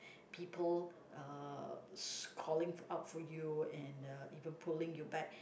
people uh scowling out for you and uh even pulling you back